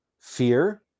Fear